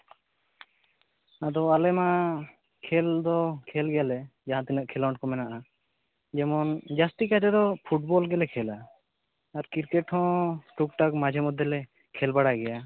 ᱟᱫᱚ ᱟᱞᱮ ᱢᱟ ᱠᱷᱮᱹᱞ ᱫᱚ ᱠᱷᱮᱹᱞ ᱜᱮᱭᱟᱞᱮ ᱡᱟᱦᱟᱸᱛᱤᱱᱟᱹᱜ ᱠᱷᱮᱞᱳᱸᱰ ᱠᱚ ᱢᱮᱱᱟᱜᱼᱟ ᱡᱮᱢᱚᱱ ᱡᱟᱹᱥᱛᱤ ᱠᱟᱭᱛᱮᱫᱚ ᱯᱷᱩᱴᱵᱚᱞ ᱜᱮᱞᱮ ᱠᱷᱮᱹᱞᱟ ᱟᱨ ᱠᱨᱤᱠᱮᱴ ᱦᱚᱸ ᱴᱩᱠᱴᱟᱠ ᱢᱟᱡᱷᱮ ᱢᱚᱫᱽᱫᱷᱮ ᱞᱮ ᱠᱷᱮᱹᱞ ᱵᱟᱲᱟᱭ ᱜᱮᱭᱟ